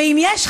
ואם יש,